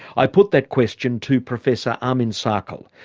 i put that question to professor amin saikal,